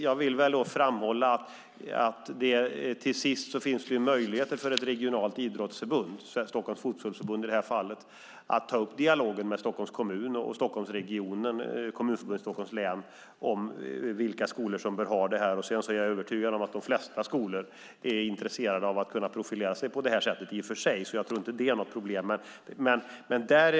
Jag vill framhålla att det ändå finns möjligheter för ett regionalt idrottsförbund - Stockholms Fotbollförbund i det här fallet - att ta upp en dialog med Stockholms kommun och Kommunförbundet i Stockholms län om vilka skolor som bör ha dessa utbildningar. Jag är övertygad om att de flesta skolor är intresserade av att kunna profilera sig på det sättet. Jag tror inte att det är något problem.